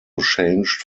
changed